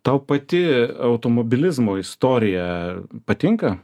tau pati automobilizmo istorija patinka